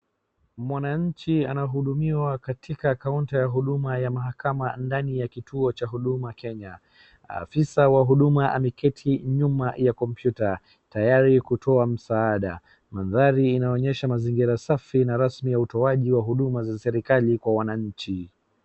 Mwananchi anahudumiwa katika kaunta ya huduma ya mahakama ndani ya kituo cha Huduma Kenya, afisa wa huduma ameketi nyuma ya kompyuta tayari kutoa msaada, maandhari inaonyesha mazingira safi na rasmi ya utowaji wa huduma za serikali kwa wananchi.